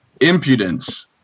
Impudence